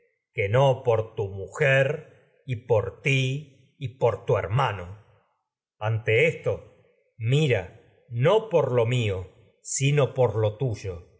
éste ante si que mujer y por ti y por tu hermano esto mira no por lo mío sino por en lo tuyo